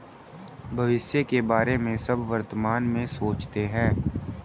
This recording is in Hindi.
भविष्य के बारे में सब वर्तमान में सोचते हैं